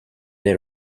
the